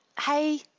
hey